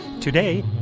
Today